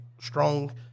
strong